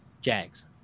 Jags